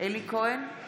אלי כהן,